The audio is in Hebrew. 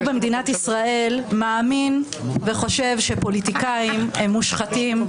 במדינת ישראל מאמין וחושב שפוליטיקאים הם מושחתים,